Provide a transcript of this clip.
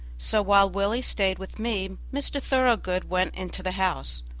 so, while willie stayed with me, mr. thoroughgood went into the house.